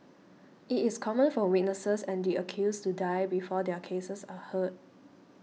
it is common for witnesses and the accused to die before their cases are heard